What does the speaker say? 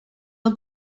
are